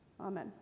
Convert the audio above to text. Amen